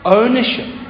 ownership